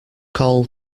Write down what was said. call